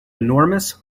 enormous